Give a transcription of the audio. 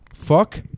Fuck